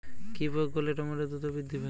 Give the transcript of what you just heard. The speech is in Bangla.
কি প্রয়োগ করলে টমেটো দ্রুত বৃদ্ধি পায়?